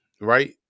right